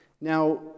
Now